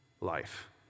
life